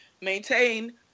maintain